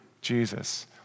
Jesus